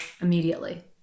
immediately